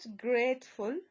grateful